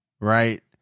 right